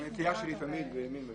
זו הנטייה שלי תמיד --- לא,